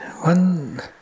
One